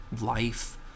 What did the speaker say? life